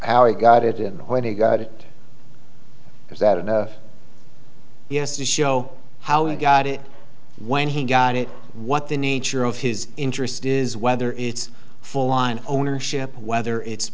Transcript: how i got it in when he got it is that enough yes to show how i got it when he got it what the nature of his interest is whether it's full on ownership whether it's